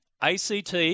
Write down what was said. ACT